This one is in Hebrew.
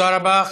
תודה רבה.